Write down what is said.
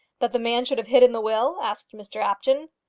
that the man should have hidden the will? asked mr apjohn.